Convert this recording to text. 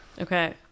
Okay